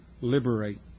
liberate